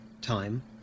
time